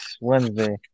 Wednesday